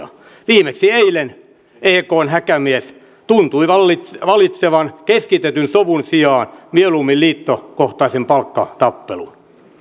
viimeksi eilen ekn häkämies tuntui valitsevan keskitetyn sovun sijaan mieluummin liittokohtaisen palkkatappelun